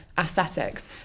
aesthetics